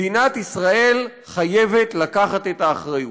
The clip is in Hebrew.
מדינת ישראל חייבת לקחת את האחריות.